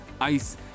ice